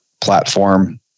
Platform